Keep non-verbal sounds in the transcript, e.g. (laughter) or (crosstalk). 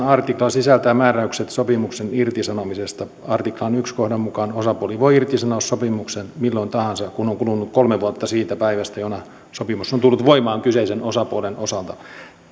(unintelligible) artikla sisältää määräykset sopimuksen irtisanomisesta artiklan ensimmäisen kohdan mukaan osapuoli voi irtisanoa sopimuksen milloin tahansa kun on kulunut kolme vuotta siitä päivästä jona sopimus on tullut voimaan kyseisen osapuolen osalta